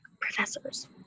professors